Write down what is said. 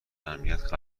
امنیت